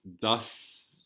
thus